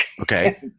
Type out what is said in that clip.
okay